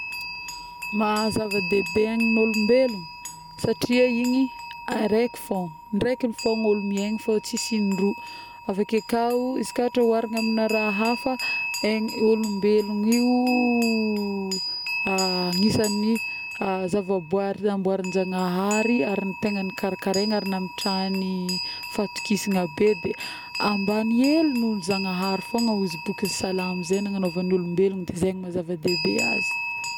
Maha zava-dehibe ny olombelogno, satria igny araiky fôgna, ndraiky fôgna ny olo miaigny fa tsy in-droa aveke kao izy koa raha ohatra oharigna amin'ny raha hafa, aign'olombelogno˂noise˃ io agnisan'ny zava-boahary namboarin-janahary ary tegna karikaraigny ary namitrahagny fatokisagna be, de ambagny hely noho ny Zanahary fôgna ozy bokin'ny Salamo zay nagnanaovagn'olombelogno de zay ny maha zava-dehibe azy